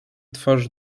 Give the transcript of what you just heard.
twarz